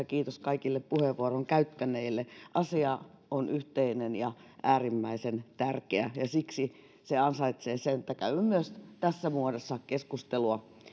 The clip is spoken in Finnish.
kiitos kaikille puheenvuoron käyttäneille asia on yhteinen ja äärimmäisen tärkeä ja siksi se ansaitsee sen että käydään myös tässä muodossa keskustelua